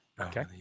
Okay